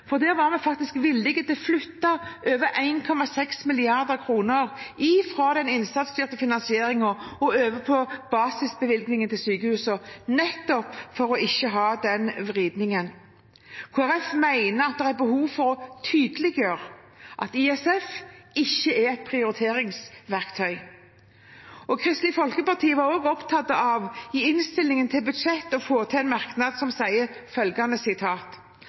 for der var vi villige til å flytte over 1,6 mrd. kr fra den innsatsstyrte finansieringen og over til basisbevilgningen til sykehusene, nettopp for ikke å få den vridningen. Kristelig Folkeparti mener det er behov for å tydeliggjøre at ISF ikke er et prioriteringsverktøy. Kristelig Folkeparti var også opptatt av å få inn en merknad i innstillingen til budsjettet for 2018 som sa følgende: